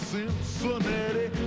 Cincinnati